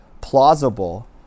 plausible